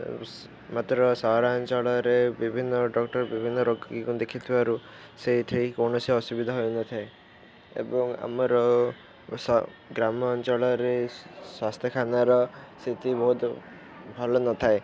ମାତ୍ର ସହରାଞ୍ଚଳରେ ବିଭିନ୍ନ ଡ଼କ୍ଟର ବିଭିନ୍ନ ରୋଗୀକୁ ଦେଖିଥିବାରୁ ସେଇଠି କୌଣସି ଅସୁବିଧା ହୋଇନଥାଏ ଏବଂ ଆମର ଗ୍ରାମାଞ୍ଚଳରେ ସ୍ୱାସ୍ଥ୍ୟଖାନାର ସ୍ଥିତି ବହୁତ ଭଲ ନଥାଏ